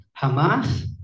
Hamas